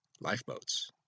lifeboats